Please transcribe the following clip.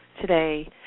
today